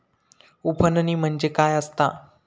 उफणणी म्हणजे काय असतां?